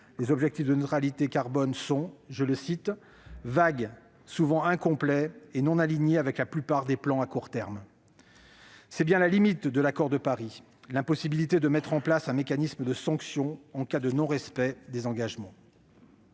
des objectifs de neutralité carbone « vagues, souvent incomplets et non alignés avec la plupart des plans à court terme ». Telle est bien la limite de l'accord de Paris : l'impossibilité de mettre en place un mécanisme de sanctions en cas de non-respect des engagements.